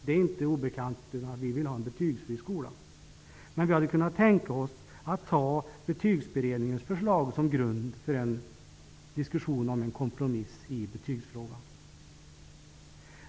Det är inte obekant att vi vill ha en betygsfri skola, men vi hade kunnat tänka oss att ta Betygsberedningens förslag som grund för en kompromiss i betygsfrågan.